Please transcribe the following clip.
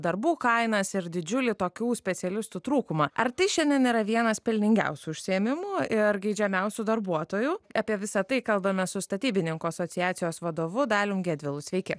darbų kainas ir didžiulį tokių specialistų trūkumą ar tai šiandien yra vienas pelningiausių užsiėmimų ir geidžiamiausių darbuotojų apie visą tai kalbame su statybininkų asociacijos vadovu dalium gedvilu sveiki